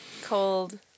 cold